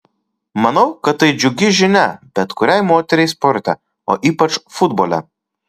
manau kad tai džiugi žinia bet kuriai moteriai sporte o ypač futbole